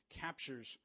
captures